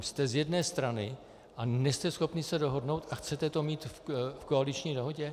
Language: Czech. Jste z jedné strany a nejste schopni se dohodnout a chcete to mít v koaliční dohodě?